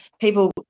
people